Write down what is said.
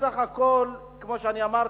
בסך הכול, כמו שאמרתי: